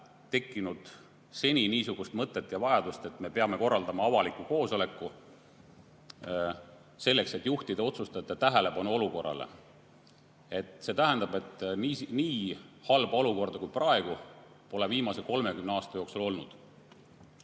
tekkinud seni niisugust mõtet ja vajadust, et me peaksime korraldama avaliku koosoleku, selleks et juhtida otsustajate tähelepanu olukorrale. See tähendab, et nii halba olukorda kui praegu pole viimase 30 aasta jooksul olnud. Nüüd